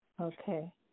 Okay